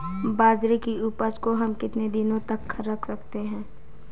बाजरे की उपज को हम कितने दिनों तक रख सकते हैं?